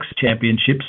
Championships